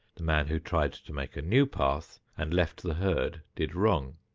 the man who tried to make a new path and left the herd did wrong.